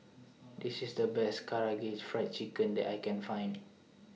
This IS The Best Karaage Fried Chicken that I Can Find